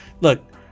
look